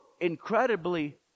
incredibly